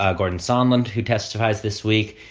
ah gordon saarland, who testifies this week,